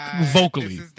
vocally